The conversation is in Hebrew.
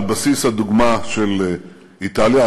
על בסיס הדוגמה של איטליה,